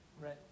right